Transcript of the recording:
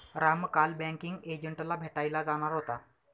राम काल बँकिंग एजंटला भेटायला जाणार होता